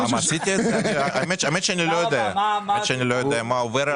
האמת, אני לא יודע.